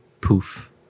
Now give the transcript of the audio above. poof